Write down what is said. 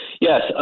Yes